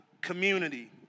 community